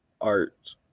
art